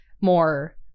more